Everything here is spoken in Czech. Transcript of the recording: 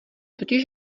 totiž